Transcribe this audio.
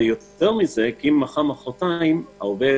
ויותר מזה אם מחר או מוחרתיים העובד,